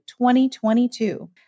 2022